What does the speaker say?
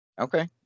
okay